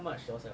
what's yours